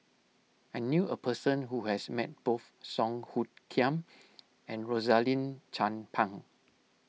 I knew a person who has met both Song Hoot Kiam and Rosaline Chan Pang